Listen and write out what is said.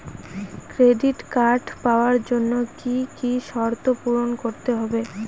Credit card পাওয়ার জন্য কি কি শর্ত পূরণ করতে হবে?